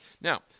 Now